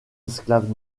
esclaves